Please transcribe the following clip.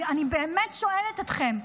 אני באמת שואלת אתכם.